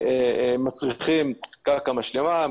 שמצריכים קרקע משלימה.